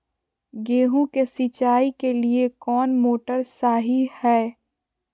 गेंहू के सिंचाई के लिए कौन मोटर शाही हाय?